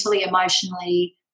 emotionally